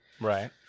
Right